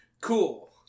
Cool